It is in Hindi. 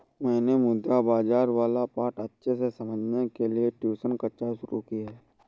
मैंने मुद्रा बाजार वाला पाठ अच्छे से समझने के लिए ट्यूशन कक्षा शुरू की है